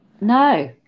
no